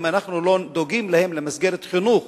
אם אנחנו לא דואגים להם למסגרת חינוך